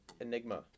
enigma